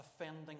offending